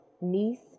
niece